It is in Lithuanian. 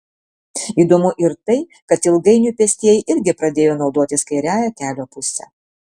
įdomu ir tai kad ilgainiui pėstieji irgi pradėjo naudotis kairiąja kelio puse